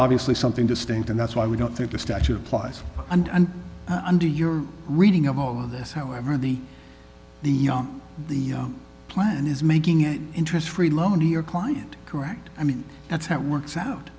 obviously something distinct and that's why we don't think the statute applies and under your reading of this however the the young the plan is making an interest free loan to your client correct i mean that's how it works out